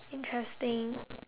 interesting